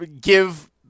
give